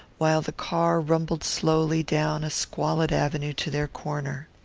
while the car rumbled slowly down a squalid avenue to their corner.